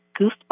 goosebumps